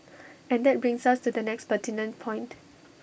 and that brings us to the next pertinent point